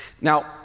Now